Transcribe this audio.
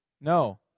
No